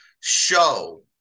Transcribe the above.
show